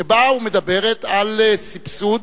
שבאה ומדברת על סבסוד